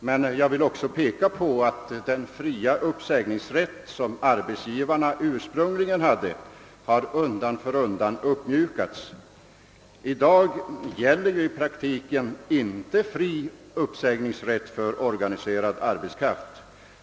Men jag vill peka på det förhållandet att den fria uppsägningsrätt, som arbetsgivarna ursprungligen hade, har undan för undan mjukats upp. I dag gäller i praktiken inte fri uppsägningsrätt för organiserad arbetskraft.